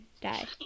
die